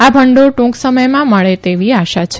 આ ભંડોળ ટુંક સમયમાં મળે તેવી આશા છે